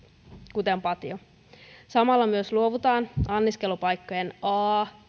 kuten patio samalla myös luovutaan anniskelupaikkojen a